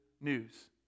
news